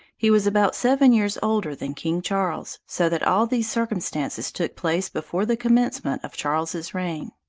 he was about seven years older than king charles, so that all these circumstances took place before the commencement of charles's reign.